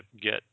get